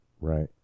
Right